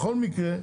בכל מקרה,